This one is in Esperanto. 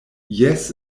jes